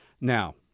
Now